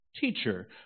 Teacher